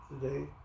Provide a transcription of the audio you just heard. today